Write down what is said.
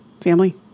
family